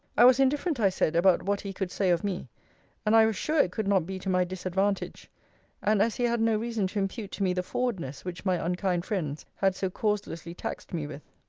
i was indifferent, i said, about what he could say of me and i was sure it could not be to my disadvantage and as he had no reason to impute to me the forwardness which my unkind friends had so causelessly taxed me with.